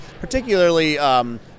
particularly